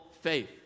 faith